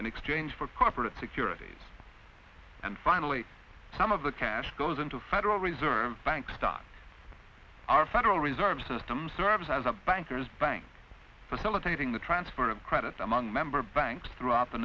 in exchange for corporate securities and finally some of the cash goes into the federal reserve bank start our federal reserve system serves as a banker's bank facilitating the transfer of credit among member banks throughout the